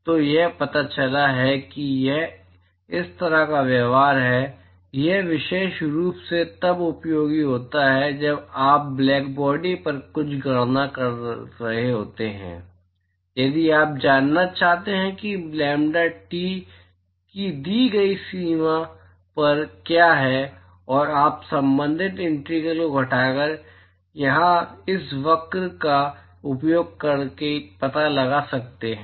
तो यह पता चला है कि यह इस तरह का व्यवहार है यह विशेष रूप से तब उपयोगी होता है जब आप ब्लैकबॉडी पर कुछ गणना कर रहे होते हैं यदि आप जानना चाहते हैं कि लैम्ब्डा टी की दी गई सीमा पर क्या है तो आप संबंधित इंटीग्रल को घटाकर यहां इस वक्र का उपयोग करके पता लगा सकते हैं